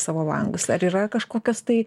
savo langus ar yra kažkokios tai